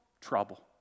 trouble